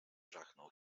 żachnął